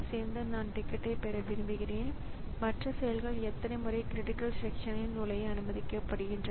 சிறிது நேரத்திற்குப் பிறகு மற்றொரு IO கோரிக்கை ஸிபியுவிற்க்கு ப்ரோக்ராமால் செய்யப்படுகிறது